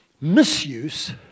misuse